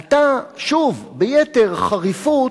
עלתה שוב, ביתר חריפות,